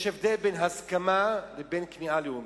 יש הבדל בין הסכמה לבין כניעה לאומית.